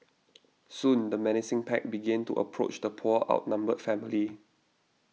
soon the menacing pack began to approach the poor outnumbered family